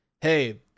hey